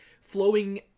flowing